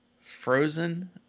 Frozen